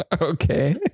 Okay